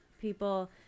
people